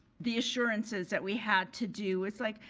the assurances that we had to do. it's like,